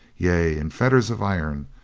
yea, in fetters of iron,